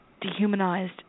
dehumanized